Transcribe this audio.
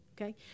Okay